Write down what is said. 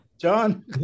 John